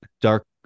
dark